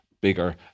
bigger